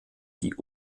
die